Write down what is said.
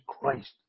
Christ